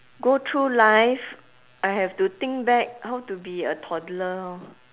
go through life I have to think back how to be a toddler lor